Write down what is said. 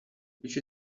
which